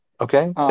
Okay